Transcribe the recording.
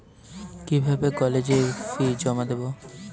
কিভাবে কলেজের ফি জমা দেবো?